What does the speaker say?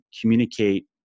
communicate